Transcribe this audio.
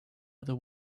other